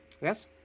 Yes